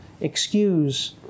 excuse